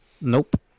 Nope